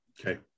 Okay